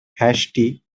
hasty